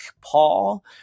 Paul